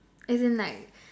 as in like